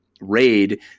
raid